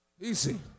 Easy